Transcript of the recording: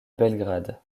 belgrade